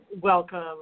welcome